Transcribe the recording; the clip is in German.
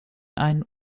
ein